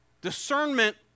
Discernment